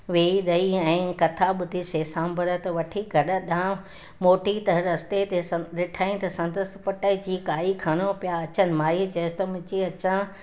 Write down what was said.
वेही रही ऐं कथा ॿुधी सेसा अम्बृतु वठी घर ॾांहुं मोटी त रस्ते ते सं ॾिठईं त संदसि पुट जी काई खणो पिया अचनि माईअ चयुसि त मुंहिंजे अचां